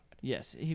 Yes